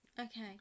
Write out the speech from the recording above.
okay